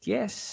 Yes